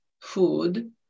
food